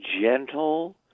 gentle